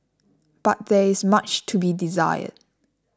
but there is much to be desired